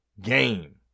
game